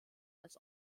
als